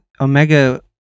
Omega